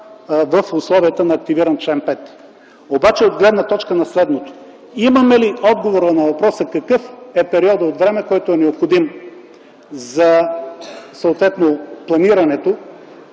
в условията на активиран чл. 5, обаче от гледна точка на следното – имаме ли отговора на въпроса: какъв е периодът от време, който е необходим съответно за планирането,